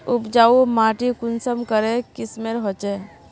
उपजाऊ माटी कुंसम करे किस्मेर होचए?